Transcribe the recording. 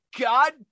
god